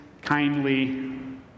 kindly